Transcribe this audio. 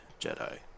Jedi